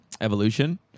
evolution